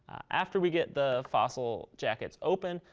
after we get the fossil jackets open.